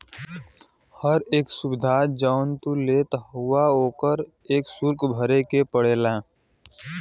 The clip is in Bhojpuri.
हर एक सुविधा जौन तू लेत हउवा ओकर एक सुल्क भरे के पड़ला